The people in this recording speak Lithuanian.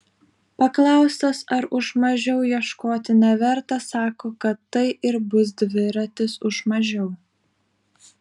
paklaustas ar už mažiau ieškoti neverta sako kad tai ir bus dviratis už mažiau